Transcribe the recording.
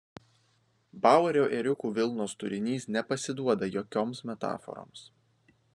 bauerio ėriukų vilnos turinys nepasiduoda jokioms metaforoms